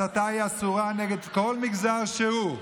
הסתה היא אסורה נגד כל מגזר שהוא,